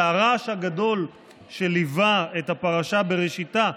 והרעש הגדול שליווה את הפרשה בראשיתה,